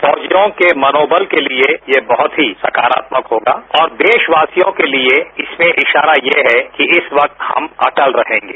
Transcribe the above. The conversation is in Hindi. फौजियों के मनोबल के लिए यह बहुत ही सकारात्मक होगा और देशवासियों के लिए इसमें इशारा ये है कि इस वक्त हम अटल रहेंगे